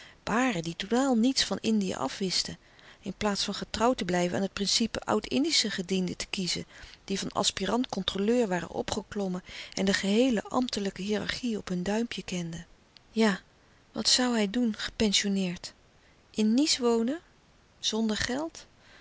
baren die totaal niets van indië afwisten in plaats van getrouw te blijven aan het principe oud-indische gedienden te kiezen die van aspirant controleur waren opgeklommen en de geheele ambtelijke hierarchie op hun duimpje kenden ja wat zoû hij doen gepensioeneerd in nice wonen zonder geld